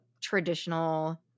traditional